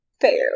fair